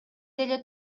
деле